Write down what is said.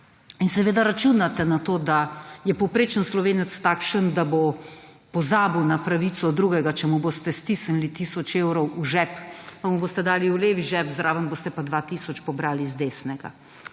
in seveda računate na to, da je povprečen Slovenec takšen, da bo pozabil na pravico drugega, če mu boste stisnili tisoč evrov v žep, pa mu boste dali v levi žep, zraven boste pa 2 tisoč pobrali iz desnega.